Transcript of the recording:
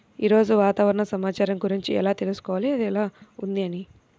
ఈరోజు వాతావరణ సమాచారం గురించి ఎలా తెలుసుకోవాలి అది ఎలా ఉంది అని?